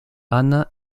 anne